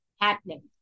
happening